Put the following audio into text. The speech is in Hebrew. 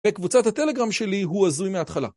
וקבוצת הטלגרם שלי הוא הזוי מההתחלה